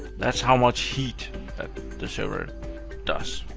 that's how much heat that the server does.